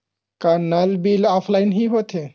का नल bill offline हि होथे?